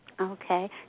Okay